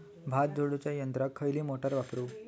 भात झोडूच्या यंत्राक खयली मोटार वापरू?